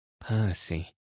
Percy